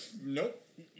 Nope